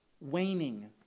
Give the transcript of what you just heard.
waning